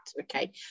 okay